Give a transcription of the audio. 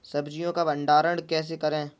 सब्जियों का भंडारण कैसे करें?